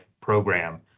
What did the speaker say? program